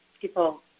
people